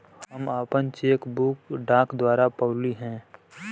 हम आपन cheque book डाक द्वारा पउली है